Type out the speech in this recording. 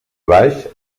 baix